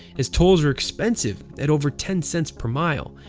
as tolls are expensive at over ten cents per mile.